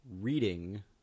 reading